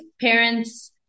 parents